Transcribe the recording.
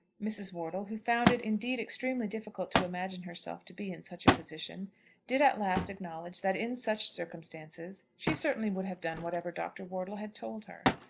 mrs. wortle who found it indeed extremely difficult to imagine herself to be in such a position did at last acknowledge that, in such circumstances, she certainly would have done whatever dr. wortle had told her.